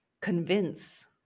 convince